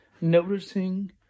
noticing